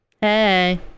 Hey